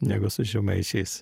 negu su žemaičiais